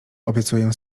obiecuję